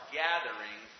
gathering